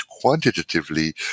quantitatively